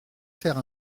faire